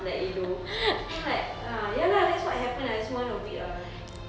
like you know then I'm like ah ya lah that's what happened ah that's one of it ah